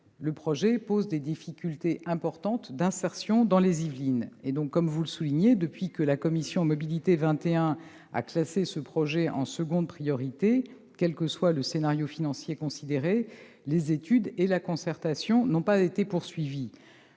le projet pose des difficultés importantes d'insertion dans les Yvelines. Comme vous le soulignez, depuis que la commission Mobilité 21 a classé ce projet en secondes priorités, quel que soit le scénario financier considéré, les études et la concertation n'ont pas été poursuivies.